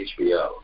HBO